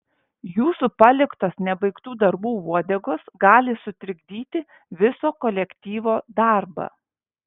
jūsų paliktos nebaigtų darbų uodegos gali sutrikdyti viso kolektyvo darbą